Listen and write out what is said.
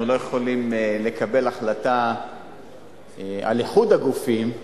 אנחנו לא יכולים לקבל החלטה על איחוד הגופים,